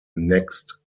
next